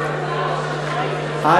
סוריה,